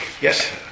yes